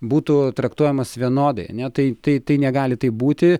būtų traktuojamas vienodai ar ne tai tai negali taip būti